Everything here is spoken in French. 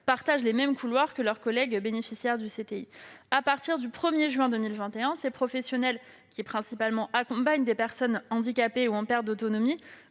partagent les mêmes couloirs que leurs collègues bénéficiaires du CTI. À compter du 1 juin 2021, ces professionnels, qui accompagnent principalement des personnes handicapées ou en perte d'autonomie,